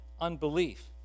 unbelief